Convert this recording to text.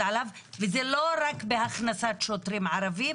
עליו וזה לא רק בהכנסת שוטרים ערבים,